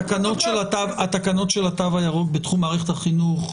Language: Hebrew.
התקנות של התו הירוק בתחום מערכת החינוך,